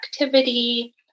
activity